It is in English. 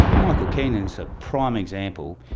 michael keenan's a prime example.